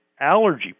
allergy